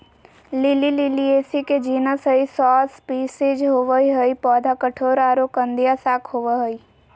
lily Liliaceae के genus हई, सौ स्पिशीज होवअ हई, पौधा कठोर आरो कंदिया शाक होवअ हई